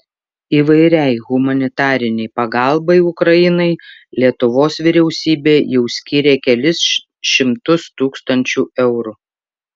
įvairiai humanitarinei pagalbai ukrainai lietuvos vyriausybė jau skyrė kelis šimtus tūkstančių eurų